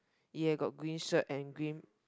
ya got green shirt and green